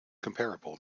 comparable